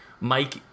Mike